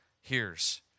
hears